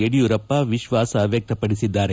ಯಡಿಯೂರಪ್ಪ ವಿಶ್ವಾಸ ವ್ಯಕ್ತಪಡಿಸಿದ್ದಾರೆ